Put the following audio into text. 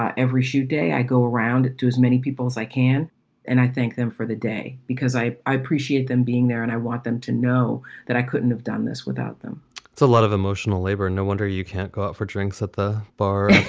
ah every few day i go around to as many people as i can and i thank them for the day because i appreciate appreciate them being there and i want them to know that i couldn't have done this without them it's a lot of emotional labour and no wonder you can't go out for drinks at the bar.